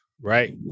Right